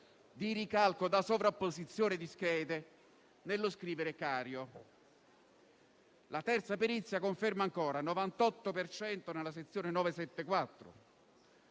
di ricalco da sovrapposizione di schede nello scrivere «Cario». La terza perizia conferma ancora il 98 per cento nella sezione 974.